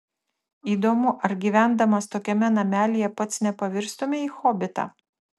įdomu ar gyvendamas tokiame namelyje pats nepavirstumei į hobitą